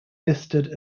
listed